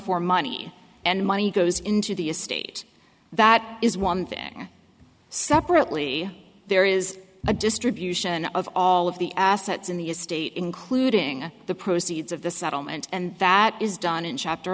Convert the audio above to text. for money and money goes into the estate that is one thing separately there is a distribution of all of the assets in the estate including the proceeds of the settlement and that is done in chapter